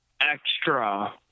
extra